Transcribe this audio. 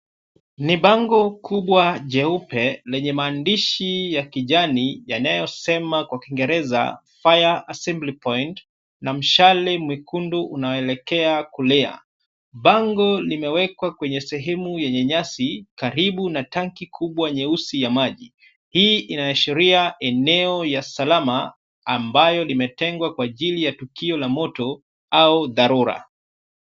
Ni bango kubwa jeupe lenye maandishi ya kijani yanayosema kwa Kiingereza fire assembly point na mshale mwekundu unaelekea kulia. Bango limewekwa kwenye sehemu yenye nyasi karibu na tanki kubwa nyeusi ya maji. Hii inaashiria eneo ya salama ambayo limetengwa kwa ajili ya tukio la moto au dharura.